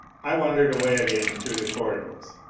i wandered away again through the corridors.